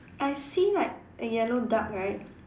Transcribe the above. I see like a yellow duck right